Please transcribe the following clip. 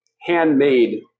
handmade